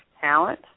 talent